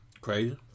crazy